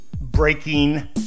breaking